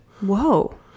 Whoa